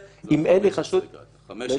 בחודש-חודשיים הראשונים אחרי הבחירות,